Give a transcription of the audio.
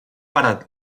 para